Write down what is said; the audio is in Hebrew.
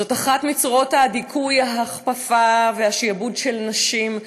זאת אחת מצורת הדיכוי, ההכפפה והשעבוד של נשים,